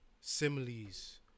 Similes